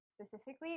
specifically